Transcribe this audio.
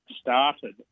started